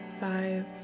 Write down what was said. five